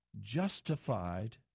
justified